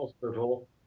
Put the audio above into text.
Hospital